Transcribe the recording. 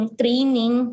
training